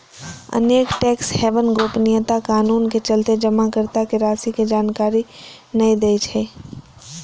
अनेक tax haven गोपनीयता कानूनक चलते जमाकर्ता के राशि के जानकारी नै दै छै